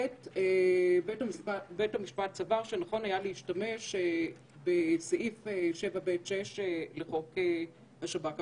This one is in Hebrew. נכון להשתמש בסעיף 7(ב)(6) לחוק השב"כ.